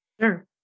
sure